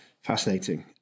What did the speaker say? Fascinating